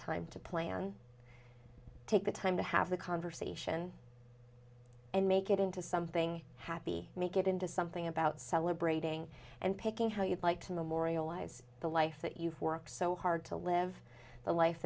time to plan take the time to have the conversation and make it into something happy make it into something about celebrating and picking how you'd like to memorialize the life that you've worked so hard to live the life